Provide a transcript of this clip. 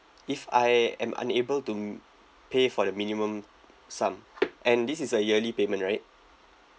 if I am unable to pay for the minimum sum and this is a yearly payment right